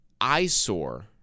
eyesore